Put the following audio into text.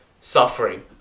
suffering